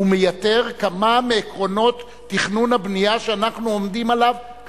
ומייתר כמה מעקרונות תכנון הבנייה שאנחנו עומדים עליהם קלה כחמורה.